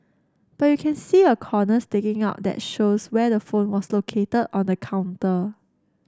but you can see a corner sticking out that shows where the phone was located on the counter